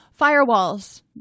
Firewalls